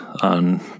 on